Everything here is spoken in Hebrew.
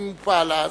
אם הוא פעל אז,